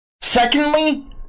Secondly